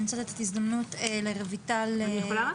אני רוצה לתת את ההזדמנות לרויטל לן כהן.